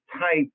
type